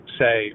say